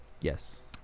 Yes